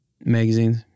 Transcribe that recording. magazines